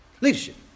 leadership